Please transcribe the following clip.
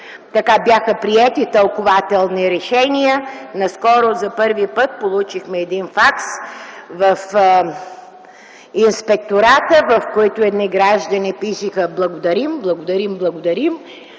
вече бяха приети тълкувателни решения. Наскоро, за първи път, получихме един факс в Инспектората, в който едни граждани пишеха: „Благодарим, благодарим, благодарим!